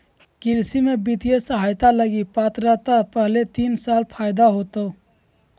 कृषि में वित्तीय सहायता लगी पात्रता पहले तीन साल फ़ायदा होतो